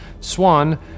Swan